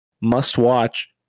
must-watch